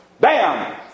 bam